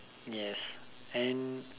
yes and